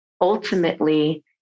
ultimately